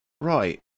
Right